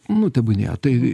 nu tebūnie tai